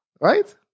right